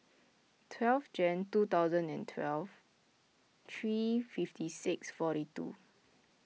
twelve Jan two thousand and twelve three fifty six forty two